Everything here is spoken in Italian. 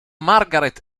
margaret